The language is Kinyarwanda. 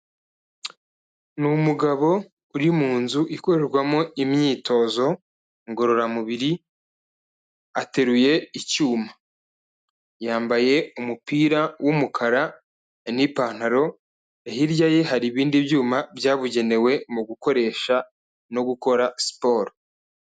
Ni umugabo uri mu nzu ikorerwamo imyitozo ngororamubiri, ateruye icyuma, yambaye umupira w'umukara n'ipantaro hirya ye hari ibindi byuma byabugenewe mu gukoresha no gukora siporo.